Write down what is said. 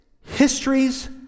histories